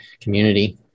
community